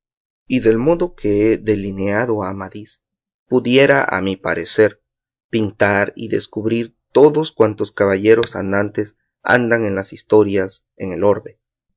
del modo que he delineado a amadís pudiera a mi parecer pintar y descubrir todos cuantos caballeros andantes andan en las historias en el orbe